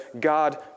God